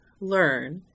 learn